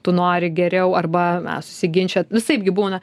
tu nori geriau arba na susiginčijat visaip gi būna